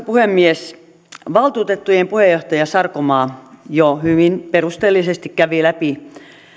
puhemies valtuutettujen puheenjohtaja sarkomaa jo hyvin perusteellisesti kävi läpi